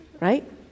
right